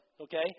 Okay